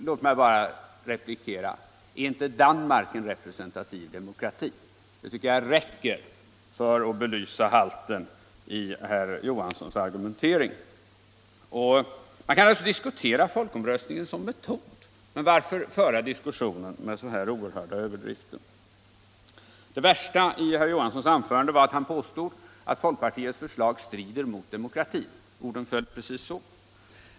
Låg mig bara replikera: Är inte Danmark en re SS presentativ demokrati? Den repliken räcker för att belysa halten i herr Johanssons argumentering. Man kan naturligtvis diskutera folkomröstningen som metod, men varför föra in sådana här oerhörda överdrifter i diskussionen? Det värsta i herr Johanssons anförande var att han påstod att folkpartiets förslag strider mot demokratin — orden föll precis så.